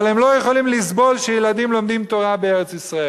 אבל הם לא יכולים לסבול שילדים לומדים תורה בארץ-ישראל,